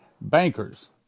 Bankers